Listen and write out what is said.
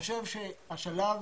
חושב שהשלב